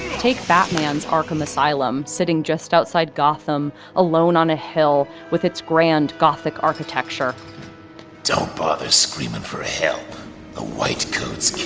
take batman's arkham asylum, sitting just outside gotham, alone on a hill, with its grand gothic architecture don't bother screaming for help. the white coats